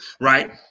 Right